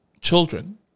children